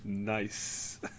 Nice